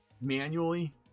manually